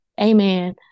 Amen